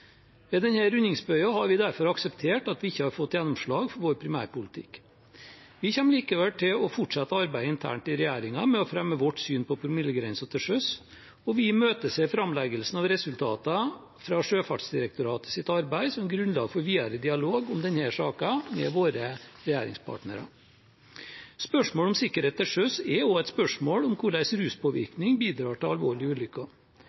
Ved denne rundingsbøyen har vi derfor akseptert at vi ikke har fått gjennomslag for vår primærpolitikk. Vi kommer likevel til å fortsette arbeidet internt i regjeringen med å fremme vårt syn på promillegrensen til sjøs, og vi imøteser framleggelsen av resultatene fra Sjøfartsdirektoratets arbeid som grunnlag for videre dialog om denne saken med våre regjeringspartnere. Spørsmålet om sikkerhet til sjøs er også et spørsmål om hvordan ruspåvirkning bidrar til alvorlige ulykker.